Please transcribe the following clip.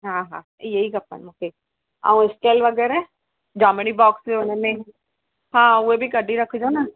हा हा इहे ई खपनि मूंखे अऊं स्केल वगैरह जामैट्री बॉक्स हुन में हा उहे बि कढी रखिजो न